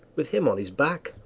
with him on his back.